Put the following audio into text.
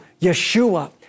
Yeshua